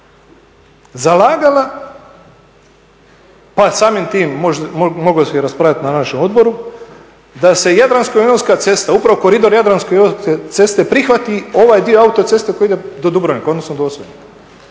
zalagala pa samim time moglo se i raspravljat na našem odboru, da se jadransko-jonska cesta, upravo koridor jadransko-jonske ceste prihvati, ovaj dio autoceste koji ide do Dubrovnika…. Pa mi smo članica